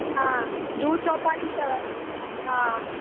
हा जुहु चौपाटी अथव हा